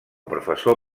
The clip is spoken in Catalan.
professor